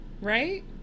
right